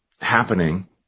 happening